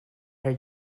her